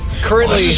currently